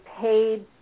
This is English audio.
paid